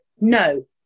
No